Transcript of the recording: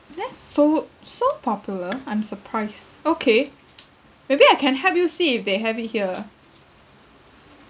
that's so so popular I'm surprised okay maybe I can help you see if they have it here ah